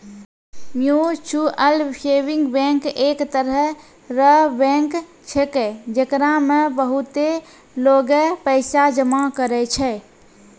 mutual saving bank एक तरह रो बैंक छैकै, जेकरा मे बहुते लोगें पैसा जमा करै छै